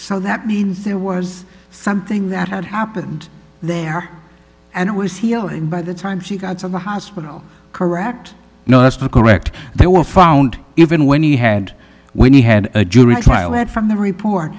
so that means there was something that had happened there and it was here by the time she got to the hospital correct nurse to correct they were found even when he had when he had a jury trial that from the report